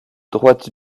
droite